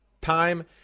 time